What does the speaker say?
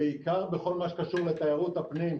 ובעיקר בכל מה שקשור לתיירות הפנים,